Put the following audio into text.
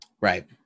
Right